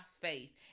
faith